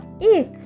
eat